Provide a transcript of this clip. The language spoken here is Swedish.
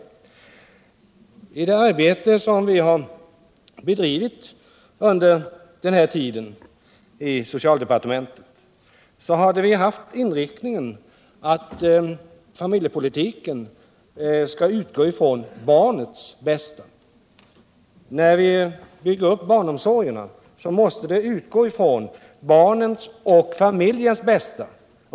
I det arbete som vi har bedrivit under den här tiden i socialdepartementet har vi haft inriktningen att familjepolitiken skall utgå ifrån barnets bästa. När vi bygger upp barnomsorgen måste vi utgå ifrån barnets och familjens bästa.